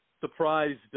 surprised